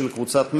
של קבוצת מרצ.